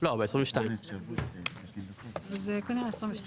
לא, בשנת 2022. אז כנראה ב-2022.